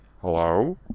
Hello